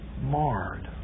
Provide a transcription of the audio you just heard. marred